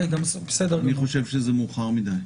אני חושב שזה מאוחר מדיי.